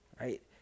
right